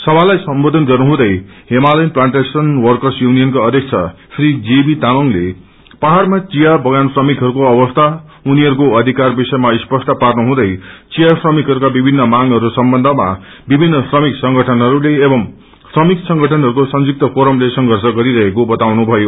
सभालाई सम्बोधन गर्नुहँदै हिमालयन प्लांटेशन वक्रस युनियनका अध्यक्ष श्र ीतेवी तामंगले पहाड़मा चिया बगान श्रमिकहस्को अवस्था उनीहरूको अध्कार विषयमा स्पष्ट पार्नु हुँदै चिया श्रमिकहरूको विभिन्न मांगहरू सम्बन्धमा विभिन्न श्रमिक संगठनहरूले एवं श्रमिक संगठनहरूको सुयुक्त फोरमले संर्यष गरिरहेको बताउनुभयो